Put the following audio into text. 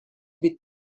být